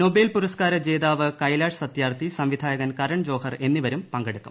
Nobel പുരസ്കാര ജേതാവ് കൈലാഷ് സത്യാർത്ഥി സംവിധായകൻ കരൺ ജോഹർ എന്നിവരും പങ്കെടുക്കും